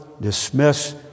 dismiss